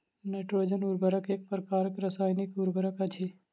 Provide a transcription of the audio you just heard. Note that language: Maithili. नाइट्रोजन उर्वरक एक प्रकारक रासायनिक उर्वरक अछि